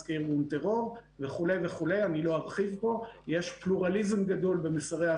אנחנו מגיעים רק בבין-לאומי אני לא מכניס כאן את